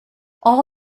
all